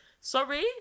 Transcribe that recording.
Sorry